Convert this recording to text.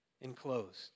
enclosed